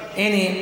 הנה,